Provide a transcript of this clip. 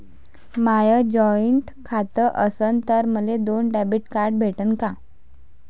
माय joint खातं असन तर मले दोन डेबिट कार्ड भेटन का?